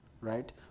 right